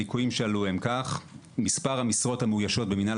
הליקויים שעלו הם אלה: מספר המשרות המאוישות במינהל